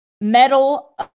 Medal